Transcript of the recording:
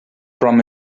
from